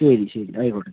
ശരി ശരി ആയിക്കോട്ടെ